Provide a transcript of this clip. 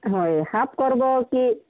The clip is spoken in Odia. ହଏ ହାପ୍ କରବୋ କି